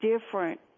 different